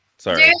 Sorry